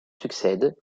succèdent